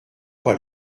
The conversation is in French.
pas